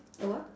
a what